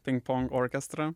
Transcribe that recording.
pingpong orkestra